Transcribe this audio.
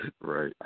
Right